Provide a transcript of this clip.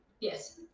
Yes